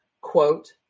quote